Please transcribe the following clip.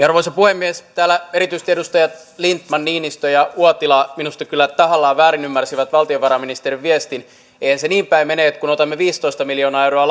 arvoisa puhemies täällä erityisesti edustajat lindtman niinistö ja uotila minusta kyllä tahallaan väärin ymmärsivät valtiovarainministerin viestin eihän se niin päin mene että kun otamme viisitoista miljoonaa euroa